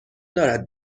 دارد